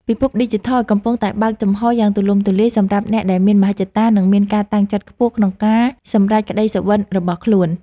ពិភពឌីជីថលកំពុងតែបើកចំហរយ៉ាងទូលំទូលាយសម្រាប់អ្នកដែលមានមហិច្ឆតា និងមានការតាំងចិត្តខ្ពស់ក្នុងការសម្រេចក្តីសុបិនរបស់ខ្លួន។